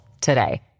today